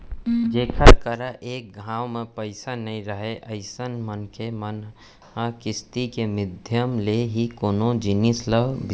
जेखर करा एक घांव म पइसा नइ राहय अइसन मनखे मन ह किस्ती के माधियम ले ही कोनो जिनिस ल बिसाथे